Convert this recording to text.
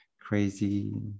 crazy